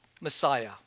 messiah